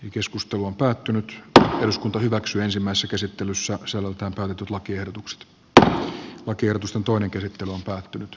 ey keskustelu on päättynyt tai eduskunta hyväksyi ensimmäisessä käsittelyssä asia mutta nyt lakiehdotukset pr oikeutus on toinen kerta on päättynyt